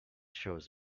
shows